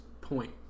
Point